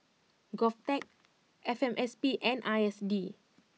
Govtech F M S P and I S D